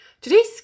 today's